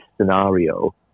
scenario